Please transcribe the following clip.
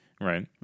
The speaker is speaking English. right